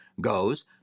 goes